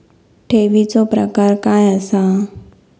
ठेवीचो प्रकार काय असा?